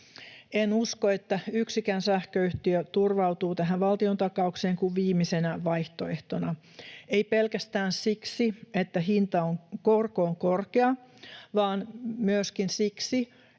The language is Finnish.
En usko, että yksikään sähköyhtiö turvautuu tähän valtiontakaukseen kuin viimeisenä vaihtoehtona, ei pelkästään siksi, että korko on korkea, vaan myöskin siksi,